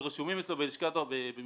11.000